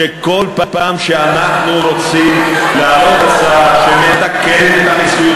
שבכל פעם שאנחנו רוצים להעלות הצעה שמתקנת את המציאות,